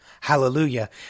Hallelujah